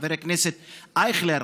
חבר הכנסת אייכלר,